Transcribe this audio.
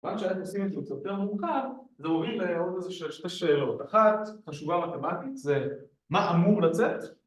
כיוון שהם עושים את זה קצת יותר מורכב, זה מוביל לעוד איזה שתי שאלות, אחת, חשובה מתמטית, זה מה אמור לצאת